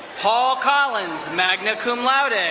paul collins, magna cum laude.